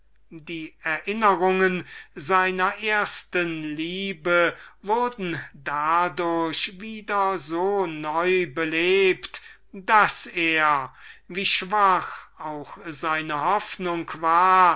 die ideen seiner ersten liebe wurden dadurch wieder so lebhaft daß er so schwach auch seine hoffnung war